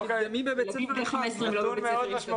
ערכים יהודיים שחשובים לנו מאוד כחברה וערכים דמוקרטיים